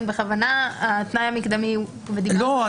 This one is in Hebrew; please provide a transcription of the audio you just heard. בכוונה התנאי המקדמי --- לא.